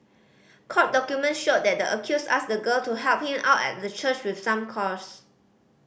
court document showed that the accused asked the girl to help him out at the church with some chores